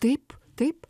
taip taip